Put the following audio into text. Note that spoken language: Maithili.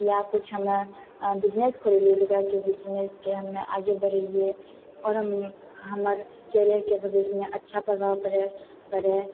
या किछु हमे बिजनेस खोलि लिए जकरा कि बिजनेसके हमे आगे बढ़ैया आओर हम हमर कैरियरके भविष्यमे अच्छा प्रभाव पड़ै पड़ै